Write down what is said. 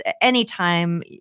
anytime